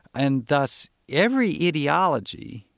and thus, every ideology,